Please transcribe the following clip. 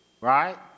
right